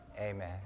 Amen